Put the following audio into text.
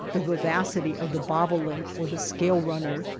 the vivacity of the bobolink or the scale-runner,